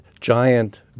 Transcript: giant